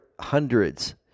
hundreds